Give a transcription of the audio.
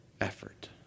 effort